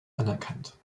anerkannt